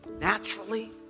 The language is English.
naturally